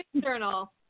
journal